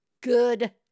good